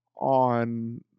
on